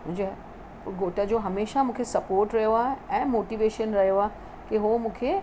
मुंहिंजे घोट जो हमेशह मूंखे सपोट रहियो आहे ऐं मोटिवेशन रहियो आहे के उहे मूंखे